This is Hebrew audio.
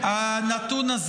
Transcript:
אלפים.